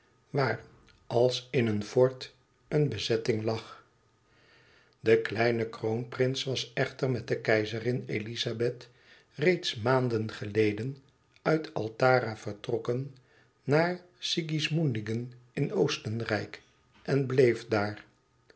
waar als in een fort een bezetting lag de kleine kroonprins was echter met de keizerin elizabeth reeds maanden geleden uit altara vertrokken naar sigismundingen in oostenrijk en bleef daar